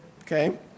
Okay